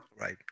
right